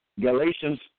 Galatians